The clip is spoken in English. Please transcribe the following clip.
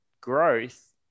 growth